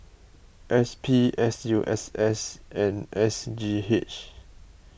S P S U S S and S G H